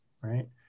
right